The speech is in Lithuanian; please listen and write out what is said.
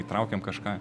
įtraukiam kažką